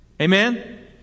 Amen